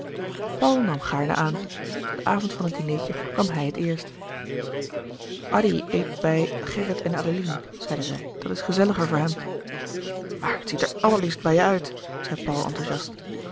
paul nam gaarne aan den avond van het dinertje kwam hij het eerst addy eet bij gerrit en adeline zeide zij dat is gezelliger voor hem maar het ziet er allerliefst bij je uit zei paul enthouziast